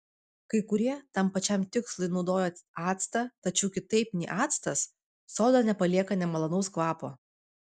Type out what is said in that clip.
kai kurie tam pačiam tikslui naudoja actą tačiau kitaip nei actas soda nepalieka nemalonaus kvapo